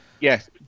yes